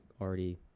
already